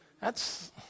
thats